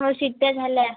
हो शिट्ट्या झाल्या